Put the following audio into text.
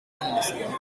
bathroom